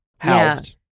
Halved